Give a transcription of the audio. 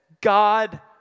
God